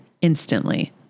instantly